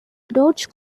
dodge